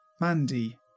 Mandy